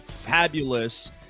fabulous